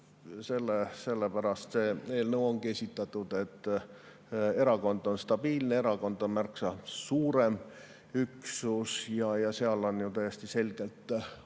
Sellepärast see eelnõu ongi esitatud. Erakond on stabiilne, erakond on märksa suurem üksus, seal on täiesti selgelt olemas